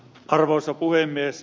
arvoisa puhemies